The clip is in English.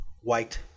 white